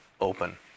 open